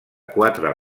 quatre